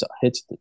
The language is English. hits